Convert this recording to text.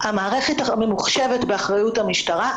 המערכת הממוחשבת באחריות המשטרה.